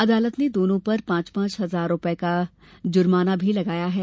अदालत ने दोनों पर पांच पांच हजार रूपये का जुर्माना भी लगाया है